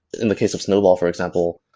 in the case of snowball, for example,